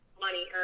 money